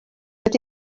that